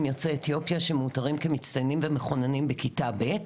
יוצאי אתיופיה שמאותרים כמצטיינים ומחוננים בכיתה ב',